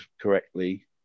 correctly